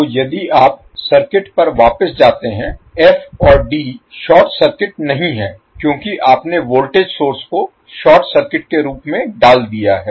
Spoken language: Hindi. तो यदि आप सर्किट पर वापस जाते हैं f और डी शॉर्ट सर्किट नहीं हैं क्योंकि आपने वोल्टेज सोर्स को शॉर्ट सर्किट के रूप में डाल दिया है